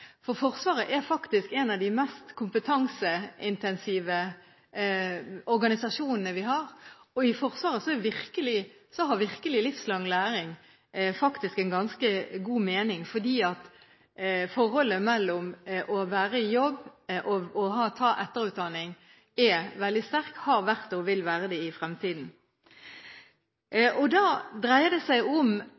ikke Forsvaret i dag har kompetanse. Forsvaret er faktisk en av de mest kompetanseintensive organisasjonene vi har. I Forsvaret har virkelig livslang læring faktisk en ganske god mening, fordi forholdet mellom å være i jobb og ta etterutdanning er veldig sterkt, har vært det og vil være det i fremtiden. Da dreier det seg om